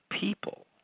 people